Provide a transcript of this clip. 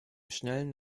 schnellen